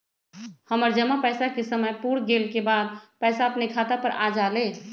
हमर जमा पैसा के समय पुर गेल के बाद पैसा अपने खाता पर आ जाले?